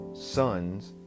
sons